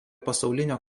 pasaulinio